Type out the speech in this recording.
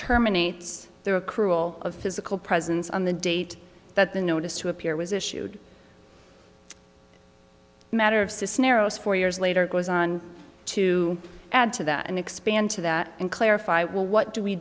terminates there accrual of physical presence on the date that the notice to appear was issued matter of cisneros four years later goes on to add to that and expand to that and clarify well what do we